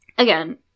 Again